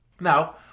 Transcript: Now